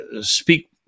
speak